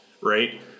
right